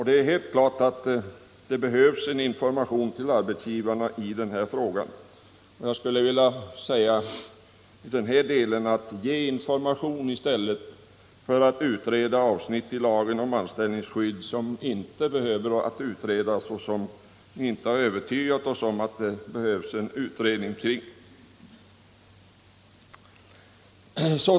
Det är alldeles klart att det behövs en information till arbetsgivarna i denna fråga. Jag skulle vilja säga: Ge information i stället för att utreda sådana avsnitt i lagen om anställningsskydd där ni inte har övertygat oss om att det finns något behov av utredning!